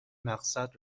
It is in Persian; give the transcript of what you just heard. مقصد